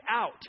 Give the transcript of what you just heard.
out